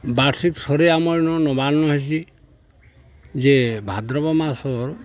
ବାର୍ଷିକ ସରେ ଆମର୍ ନ ନବାନ୍ନ ହେସି ଯେ ଭାଦ୍ରବ ମାସର୍